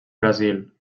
brasil